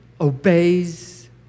obeys